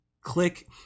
click